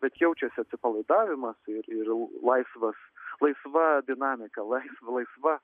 bet jaučiasi atsipalaidavimas ir ir laisvas laisva dinamika laisva laisva